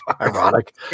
ironic